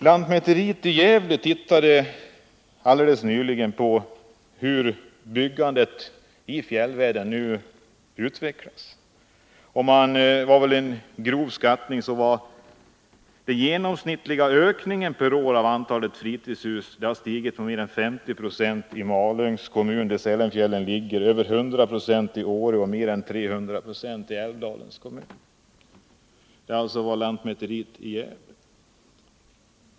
Lantmäteriet i Gävle tittade nyligen på hur byggandet i fjällvärlden utvecklas. Enligt en grov skattning har ökningen av antalet fritidshus per år genomsnittligt legat på mer än 50 96 i Malungs kommun, där Sälenfjällen ligger, på över 100 96 i Åre och på mer än 300 96 i Älvdalens kommun. Detta kom lantmäteriet i Gävle fram till.